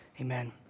Amen